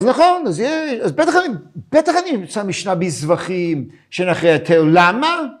‫נכון, אז בטח אני אמצא משנה בזווחים ‫שנחייתם, למה?